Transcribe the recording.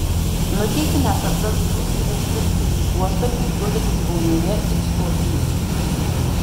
nutykinęs atgal į rūsį vėl žvilgteli į buožgalvį gulintį vonioje it stuobrys